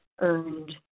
earned